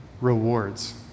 rewards